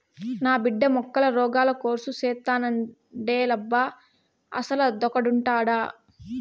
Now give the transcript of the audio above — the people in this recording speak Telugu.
నా బిడ్డ మొక్కల రోగాల కోర్సు సేత్తానంటాండేలబ్బా అసలదొకటుండాదా